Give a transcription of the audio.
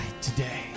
today